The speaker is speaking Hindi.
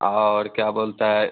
और क्या बोलता है